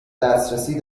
دسترسی